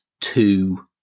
two